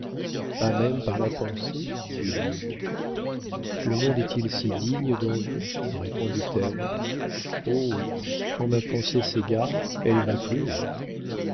pas même par la pensée lui dis-je le monde est-il si digne d'envie répondit-elle oh quand ma pensée s'égare elle va plus haut